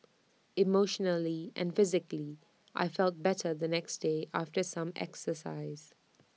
emotionally and physically I felt better the next day after some exercise